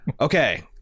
okay